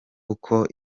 uko